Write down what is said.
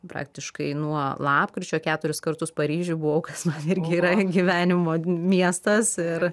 praktiškai nuo lapkričio keturis kartus paryžiuj buvau kas man irgi yra gyvenimo miestas ir